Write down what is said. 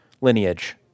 lineage